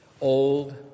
Old